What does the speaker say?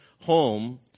home